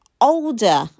older